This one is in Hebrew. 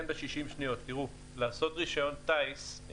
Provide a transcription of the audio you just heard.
תראו, יש כמה רישיונות טיס.